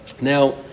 Now